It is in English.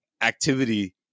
activity